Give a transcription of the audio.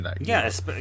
yes